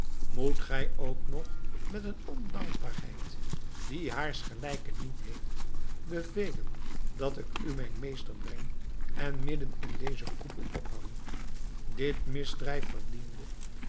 moet gij ook nog met een ondankbaarheid die haars gelijke niet heeft bevelen dat ik u mijn meester breng en midden in dezen koepel ophang dit misdrijf verdiende